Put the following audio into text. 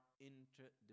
interdependent